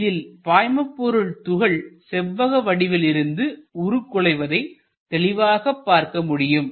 இதில் பாய்மபொருள் துகள் செவ்வக வடிவில் இருந்து உருகுலைவதை தெளிவாகப் பார்க்க முடியும்